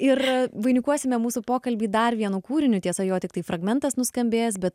ir vainikuosime mūsų pokalbį dar vienu kūriniu tiesa jo tiktai fragmentas nuskambės bet